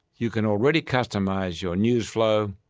you can already customise your news flow,